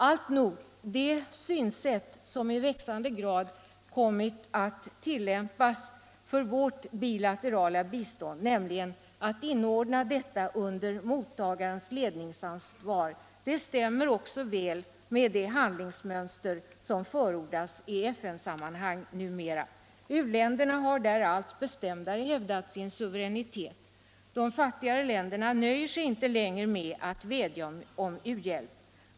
Alltnog, det synsätt som i växande grad kommit att tillämpas för vårt bilaterala bistånd, nämligen att inordna detta under mottagarens ledningsansvar, stämmer också väl med det handlingsmönster som förordas i FN-sammanhang numera. U-länderna har där allt bestämdare hävdat sin suveränitet. De fattigare länderna nöjer sig inte längre med att vädja om u-hjälp.